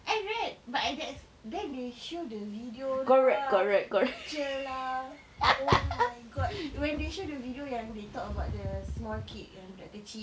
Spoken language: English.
I read but I that's then they showed the video lah picture lah oh my god when they show the video ya and they talk about the small kid yang budak kecil